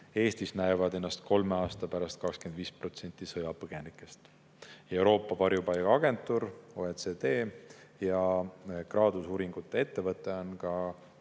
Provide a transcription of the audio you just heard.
Eestis näevad ennast kolme aasta pärast elamas 25% sõjapõgenikest. Euroopa varjupaigaagentuur, OECD ja Graduse uuringute ettevõte on 8.